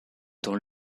dont